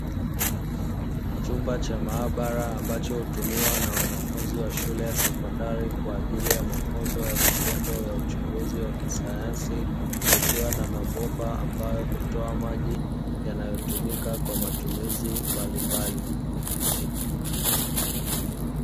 Chumba cha maabara ambacho hutumiwa na wanafunzi wa shule ya sekondari kwa ajili ya mafunzo ya vitendo ya uchunguzi wa kisayansi kukiwa na mabomba ambayo hutoa maji yanayotumika kwa matumizi mbalimbali.